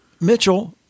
Mitchell –